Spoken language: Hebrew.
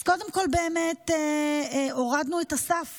אז קודם כול הורדנו את הסף